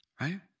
right